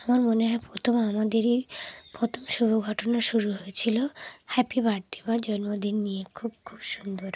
আমার মনে হয় প্রথম আমাদেরই প্রথম শুভ ঘটনা শুরু হয়েছিলো হ্যাপি বার্থডে বা জন্মদিন নিয়ে খুব খুব সুন্দর